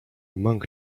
monk